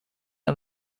and